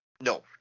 no